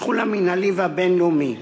בתחום המינהלי והבין-לאומי.